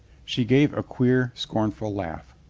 she gave a queer, scornful laugh.